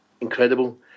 incredible